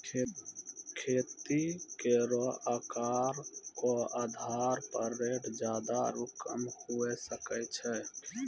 खेती केरो आकर क आधार पर रेट जादा आरु कम हुऐ सकै छै